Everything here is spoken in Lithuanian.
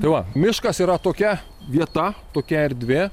tai va miškas yra tokia vieta tokia erdvė